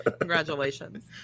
Congratulations